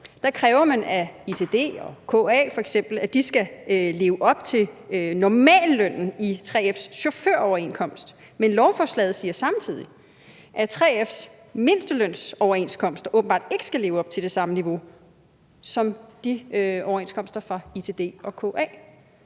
kræver man af f.eks. ITD og KA, at de skal leve op til normallønnen i 3F's chaufføroverenskomst, men lovforslaget siger samtidig, at 3F's mindstelønsoverenskomster åbenbart ikke skal leve op til det samme niveau som overenskomsterne fra ITD og KA.